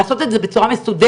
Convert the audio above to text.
לעשות את זה בצורה מסודרת,